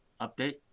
update